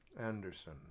Anderson